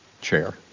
chair